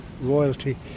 royalty